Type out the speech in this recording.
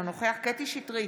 אינו נוכח קטי קטרין שטרית,